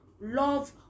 love